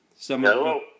Hello